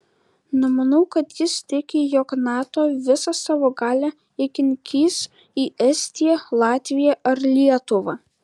nemanau kad jis tiki jog nato visą savo galią įkinkys į estiją latviją ar lietuvą